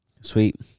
Sweet